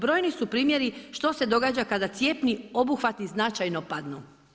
Brojni su primjeri što se događa kada cjepni obuhvati značajno padnu.